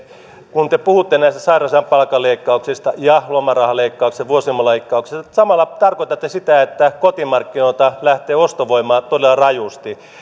kun te puhutte näistä sairausajan palkkaleikkauksista ja lomarahaleikkauksista vuosilomaleikkauksista te samalla tarkoitatte sitä että kotimarkkinoilta lähtee ostovoimaa todella rajusti